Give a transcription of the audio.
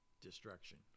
destruction